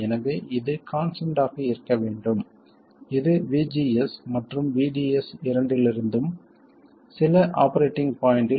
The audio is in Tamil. எனவே இது கான்ஸ்டன்ட் ஆக இருக்க வேண்டும் இது VGS மற்றும் VDS இரண்டிலிருந்தும் சில ஆபரேட்டிங் பாய்ண்ட்டில்